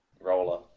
roller